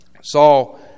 Saul